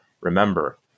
remember